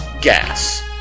GAS